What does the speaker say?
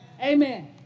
Amen